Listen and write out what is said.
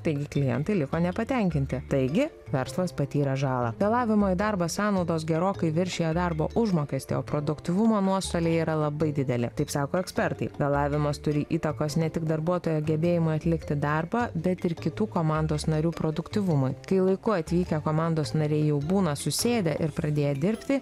taigi klientai liko nepatenkinti taigi verslas patyrė žalą vėlavimo į darbą sąnaudos gerokai viršija darbo užmokestį o produktyvumo nuostoliai yra labai dideli taip sako ekspertai vėlavimas turi įtakos ne tik darbuotojo gebėjimui atlikti darbą bet ir kitų komandos narių produktyvumui kai laiku atvykę komandos nariai jau būna susėdę ir pradėję dirbti